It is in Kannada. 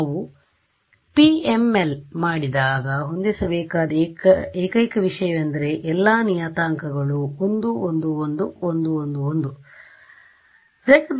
ನಾವು PML ಮಾಡಿದಾಗ ಹೊಂದಿಸಬೇಕಾದ ಏಕೈಕ ವಿಷಯವೆಂದರೆ ಎಲ್ಲಾ ನಿಯತಾಂಕಗಳು 1 1 1 1 1 1